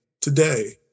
today